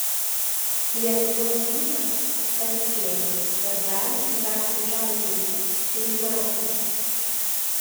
lietuvos rytas patikėjo kad gali įkasti žalgiriui šiais metais